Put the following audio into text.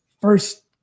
first –